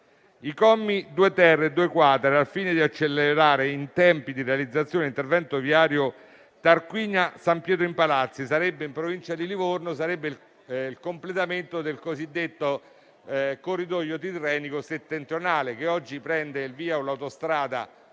I commi 2-*ter* e 2-*quater*, al fine di accelerare i tempi di realizzazione dell'intervento viario Tarquinia-San Pietro in Palazzi, in provincia di Livorno (il completamento del cosiddetto corridoio tirrenico settentrionale, che oggi prende il via dall'autostrada